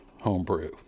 homebrew